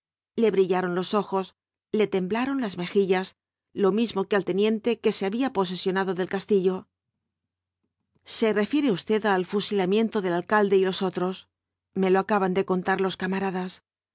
le brillaron los ojos le temblaron las mejillas lo mismo que al teniente que se había posesionado del castillo se refiere usted al fusilamiento del alcalde y los otros me lo acaban de contar los camaradas